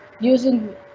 using